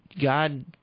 God